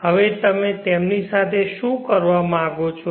હવે તમે તેમની સાથે શું કરવા માંગો છો